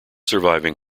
surviving